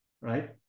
right